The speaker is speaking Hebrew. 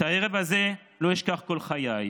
את הערב הזה לא אשכח כל חיי.